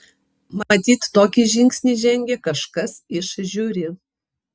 matyt tokį žingsnį žengė kažkas iš žiuri